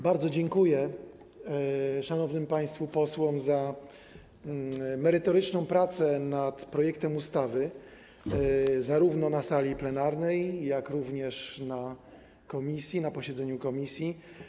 Bardzo dziękuję szanownym państwu posłom za merytoryczną pracę nad projektem ustawy zarówno na sali plenarnej, jak również na posiedzeniu komisji.